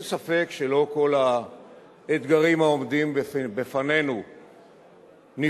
אין ספק שלא כל האתגרים העומדים בפנינו נפתרו.